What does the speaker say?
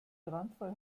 brandfall